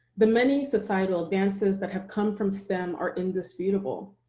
the many societal advances that have come from stem are indisputable.